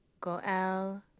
Goel